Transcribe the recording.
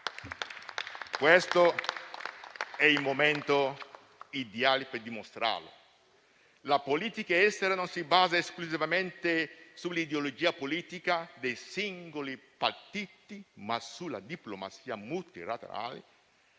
Questo è il momento ideale per dimostrarlo. La politica estera non si basa esclusivamente sull'ideologia politica dei singoli partiti, ma sulla diplomazia multilaterale